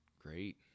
great